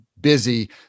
busy